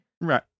right